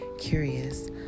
Curious